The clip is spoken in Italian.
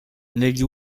negli